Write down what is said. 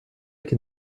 can